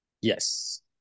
Yes